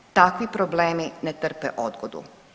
Takvi problemi ne trpe odgodu.